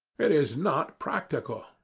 it is not practical.